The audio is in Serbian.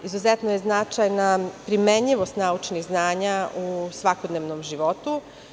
Izuzetno je značajna primenjivost naučnih znanja u svakodnevnom životu.